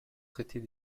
traiter